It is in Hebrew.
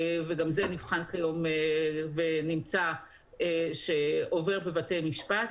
וגם זה נבחן כיום ונמצא שעובר בבתי משפט.